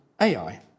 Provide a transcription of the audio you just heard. Ai